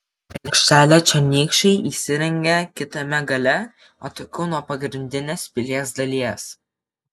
aikštelę čionykščiai įsirengė kitame gale atokiau nuo pagrindinės pilies dalies